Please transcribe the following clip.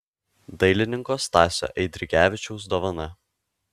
dailininko stasio eidrigevičiaus dovana